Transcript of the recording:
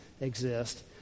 exist